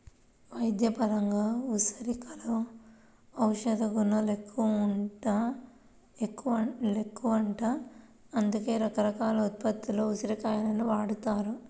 వైద్యపరంగా ఉసిరికలో ఔషధగుణాలెక్కువంట, అందుకే రకరకాల ఉత్పత్తుల్లో ఉసిరి కాయలను వాడతారు